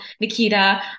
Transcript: Nikita